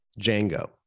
Django